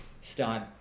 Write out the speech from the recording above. start